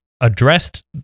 addressed